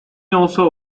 also